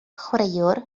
chwaraewr